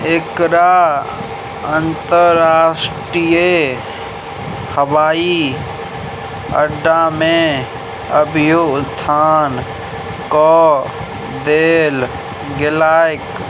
एकरा अन्तर्राष्ट्रीय हवाइ अड्डामे अभियोथान कऽ देल गेलैक